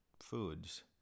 Foods